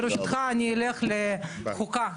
ברשותך, אני אלך לוועדת חוקה.